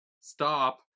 stop